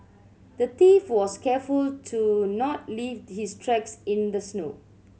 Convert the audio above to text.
the thief was careful to not leave his tracks in the snow